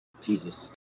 Jesus